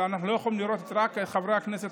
אבל אנחנו לא יכולים לראות רק את חברי הכנסת,